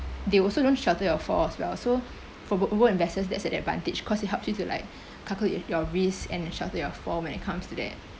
they also don't shelter your fall as well so for robo investors that's an advantage because it helps you to like calculate your risk and then shelter your fall when it comes to that